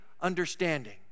understanding